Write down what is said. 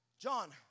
John